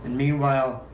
meanwhile,